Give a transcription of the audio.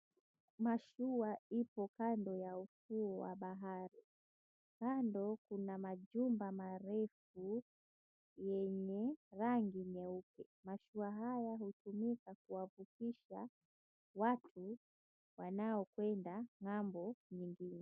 Mashua ipo kando ya ufuo wa bahari, kando kuna majumba marefu yenye rangi nyeupe. Mashua haya hutumika kuwavukisha watu wanaokwenda ng'ambo nyingine.